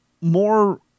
more